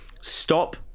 stop